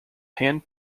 hand